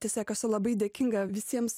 tiesiog esu labai dėkinga visiems